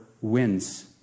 wins